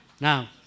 Now